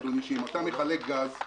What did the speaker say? שאם אתה מחלק גז,